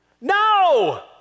No